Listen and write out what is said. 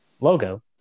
logo